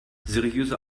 seriöse